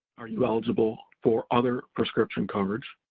are you eligible for other prescription coverage?